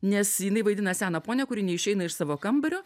nes jinai vaidina seną ponią kuri neišeina iš savo kambario